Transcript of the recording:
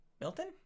Milton